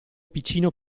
piccino